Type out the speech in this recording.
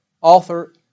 Author